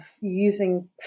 using